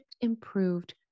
improved